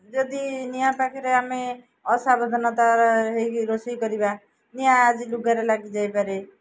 ଯଦି ନିଆଁ ପାଖରେ ଆମେ ଅସାବଧାନତାର ହୋଇକି ରୋଷେଇ କରିବା ନିଆଁ ଆଜି ଲୁଗାରେ ଲାଗିଯାଇପାରେ